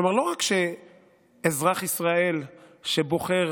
כלומר, לא רק שאזרח ישראל שבוחר